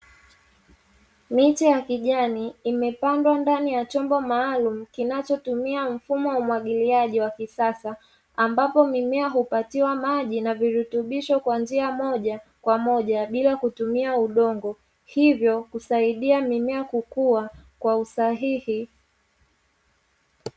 Miche ya kijani imepandwa ndani ya chombo maalumu kinachotumia mfumo wa umwagiliaji wa kisasa, ambapo mimea hupatiwa maji na virutubisho kwa njia ya moja kwa moja bila kutumia udongo, hivyo kusaidia mimea kukua kwa usahihi.